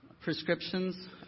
prescriptions